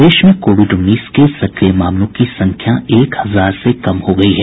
प्रदेश में कोविड उन्नीस के सक्रिय मामलों की संख्या एक हजार से कम हो गयी है